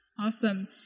Awesome